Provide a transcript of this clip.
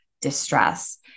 distress